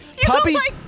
Puppies